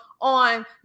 on